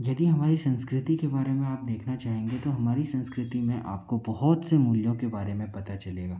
यदि हमारी संस्कृति के बारे में आप देखना चाहेंगे तो हमारी संस्कृति में आपको बहुत से मूल्यों के बारे में पता चलेगा